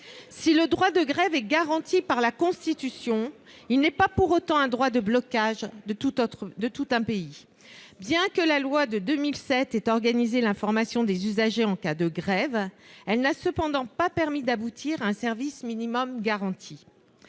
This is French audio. Si le droit de grève est garanti par la Constitution, il n'est pas pour autant un droit de blocage de tout un pays. Bien que la loi de 2007 ait organisé l'information des usagers en cas de grève, elle n'a pas permis d'aboutir à un service minimum garanti.